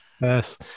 yes